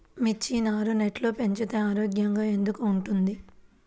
మిర్చి నారు నెట్లో పెంచితే ఆరోగ్యంగా ఎందుకు ఉంటుంది?